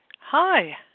Hi